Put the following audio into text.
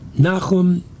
Nachum